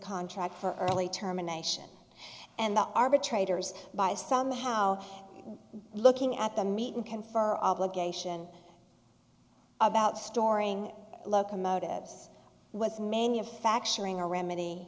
contract for early terminations and the arbitrators by somehow looking at the meeting confer obligation about storing locomotives was manufacturing a remedy